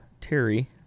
terry